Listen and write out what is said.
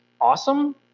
awesome